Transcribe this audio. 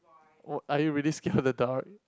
or are you really scared of the dark